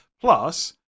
Plus